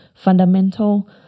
Fundamental